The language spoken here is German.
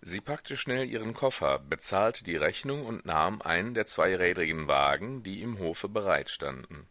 sie packte schnell ihren koffer bezahlte die rechnung und nahm einen der zweirädrigen wagen die im hofe bereitstanden